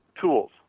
tools